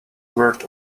word